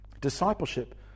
Discipleship